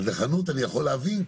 אז לחנות אני יכול להבין,